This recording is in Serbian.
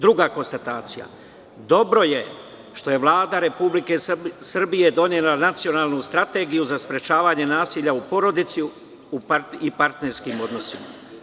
Druga konstatacija – dobro je što je Vlada Republike Srbije donela Nacionalnu strategiju za sprečavanje nasilja u porodici i partnerskim odnosima.